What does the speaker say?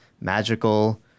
magical